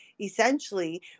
essentially